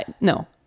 No